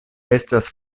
estas